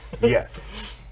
yes